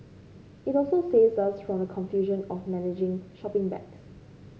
it also saves us from the confusion of managing shopping bags